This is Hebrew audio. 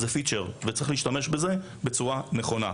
זה פיצ'ר וצריך להשתמש בזה בצורה נכונה.